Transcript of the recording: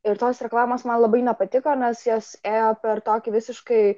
ir tos reklamos man labai nepatiko nes jos ėjo per tokį visiškai